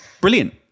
brilliant